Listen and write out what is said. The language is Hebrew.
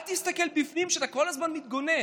אל תסתכל מבפנים, שאתה כל הזמן מתגונן.